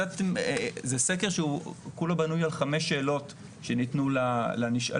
זה סקר שכולו בנוי על חמש שאלות שניתנו לנשאלים,